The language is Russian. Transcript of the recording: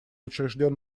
учрежден